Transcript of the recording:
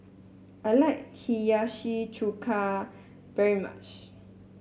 I like Hiyashi Chuka very much